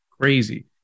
crazy